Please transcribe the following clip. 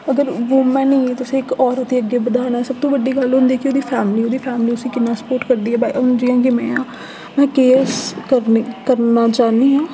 अगर वुमन गी औरत गी तुस अग्गें बधाना चांह्दे ओ ते सबतूं बड्डी गल्ल होंदी की ओह्दी फैमिली ओह्दी फैमिली उसी किन्ना सपोर्ट करदी ऐ जि'यां कि में आं में किश करना चाह्न्नीं आं